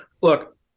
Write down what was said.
Look